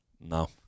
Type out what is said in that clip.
No